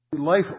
Life